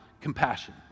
compassion